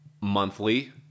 monthly